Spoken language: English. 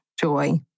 joy